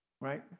right